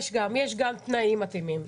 יש גם תנאים מתאימים,